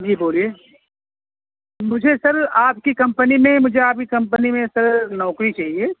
جی بولیے مجھے سر آپ کی کمپنی میں مجھے آپ کی کمپنی میں سر نوکری چاہیے